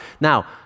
Now